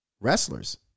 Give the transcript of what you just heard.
wrestlers